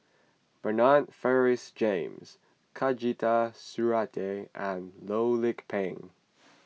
Bernard Francis James Khatijah Surattee and Loh Lik Peng